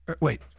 wait